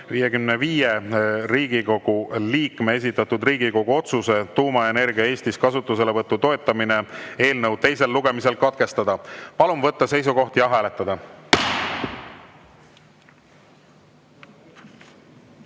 55 Riigikogu liikme esitatud Riigikogu otsuse "Tuumaenergia Eestis kasutuselevõtu toetamine" eelnõu teine lugemine katkestada. Palun võtta seisukoht ja hääletada!